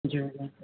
ज्यू ज्यू